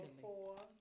four